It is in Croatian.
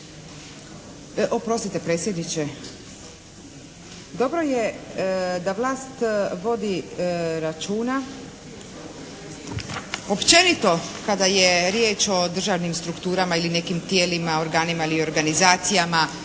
Oprostite predsjedniče. Dobro je da vlast vodi računa općenito kada je riječ o državnim strukturama ili nekim tijelima, organima ili organizacijama